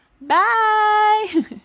Bye